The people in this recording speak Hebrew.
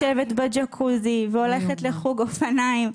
יושבת בג'קוזי והולכת לחוג אופניים.